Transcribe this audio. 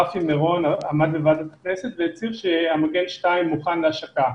רפי מירון עמד בוועדת הכנסת והצהיר שמגן 2 מוכן להשקה.